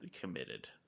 committed